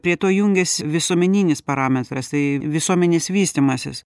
prie to jungias visuomeninis parametras tai visuomenės vystymasis